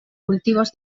cultivos